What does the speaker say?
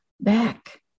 back